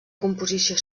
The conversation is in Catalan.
composició